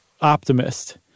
optimist